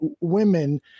women